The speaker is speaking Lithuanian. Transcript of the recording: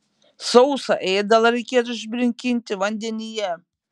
sausą ėdalą reikėtų išbrinkinti vandenyje